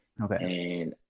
Okay